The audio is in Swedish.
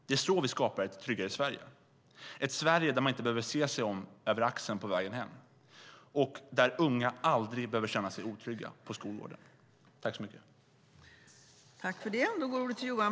Det är så vi skapar ett tryggare Sverige - ett Sverige där man inte behöver se sig om över axeln på vägen hem och där unga aldrig behöver känna sig otrygga på skolgården.